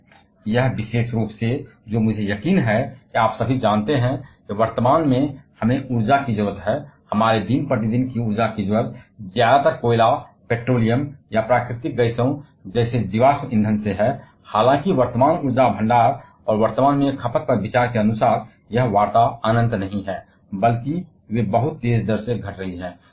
यह विशेष रूप से जो मुझे यकीन है कि आप सभी जानते हैं कि वर्तमान में हमें ऊर्जा की जरूरत है हमारी दिन प्रतिदिन की ऊर्जा की जरूरत ज्यादातर कोयला पेट्रोलियम या प्राकृतिक गैसों जैसे जीवाश्म ईंधन से है हालाँकि वर्तमान ऊर्जा भंडार और वर्तमान में खपत पर विचार के अनुसार यह वार्ता अनंत नहीं है बल्कि वे बहुत तेज़ गति से घट रही हैं